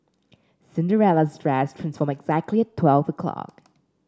Cinderella's dress transformed exactly twelve O clock